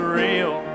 real